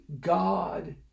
God